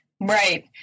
Right